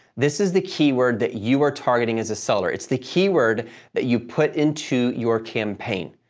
this is the keyword that you are targeting as a seller. it's the keyword that you put into your campaign.